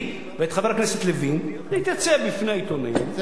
ואת חבר הכנסת לוין להתייצב בפני העיתונאים,